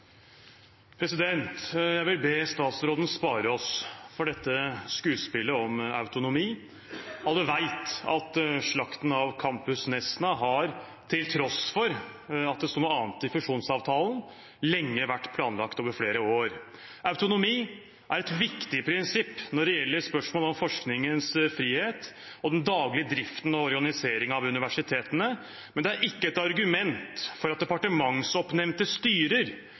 Jeg vil be statsråden spare oss for dette skuespillet om autonomi. Alle vet at slakten av campus Nesna – til tross for at det sto noe annet i fusjonsavtalen – lenge har vært planlagt, over flere år. Autonomi er et viktig prinsipp når det gjelder spørsmål om forskningens frihet og den daglige driften og organiseringen av universitetene, men det er ikke et argument for at departementsoppnevnte styrer